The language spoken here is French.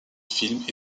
films